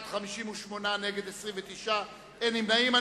בעד, 58, נגד, 29, אין נמנעים.